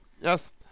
Yes